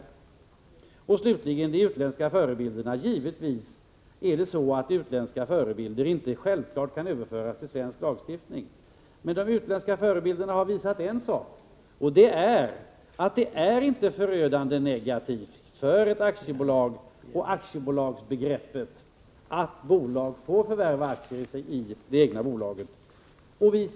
Slutligen beträffande de utländska förebilderna: Givetvis kan sådana inte omedelbart överföras till svensk lagstiftning. Men de har visat en sak: det är inte förödande negativt för ett aktiebolag och aktiebolagsbegreppet att ett bolag får förvärva aktier i det egna bolaget.